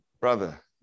brother